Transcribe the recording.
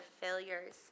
failures